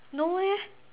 no eh